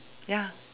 ya